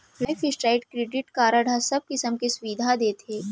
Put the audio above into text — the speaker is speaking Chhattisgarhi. लाइफ स्टाइड क्रेडिट कारड ह सबो किसम के सुबिधा देथे